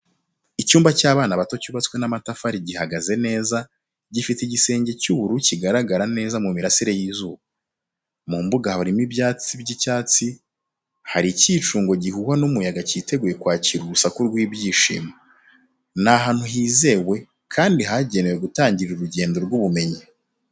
Icyumba cy’abana bato cyubatswe n’amatafari gihagaze neza, gifite igisenge cy’ubururu kigaragara neza mu mirasire y’izuba. Mu mbuga harimo ibyatsi by’icyatsi, hari ikincungo gihuhwa n’umuyaga cyiteguye kwakira urusaku rw’ibyishimo. Ni ahantu hizewe kandi hagenewe gutangirira urugendo rw’ubumenyi.